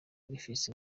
bifise